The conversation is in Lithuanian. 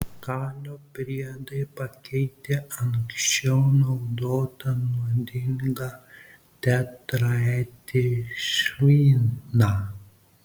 kalio priedai pakeitė anksčiau naudotą nuodingą tetraetilšviną